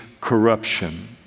corruption